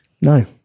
no